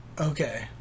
Okay